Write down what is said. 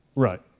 Right